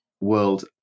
world